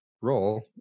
role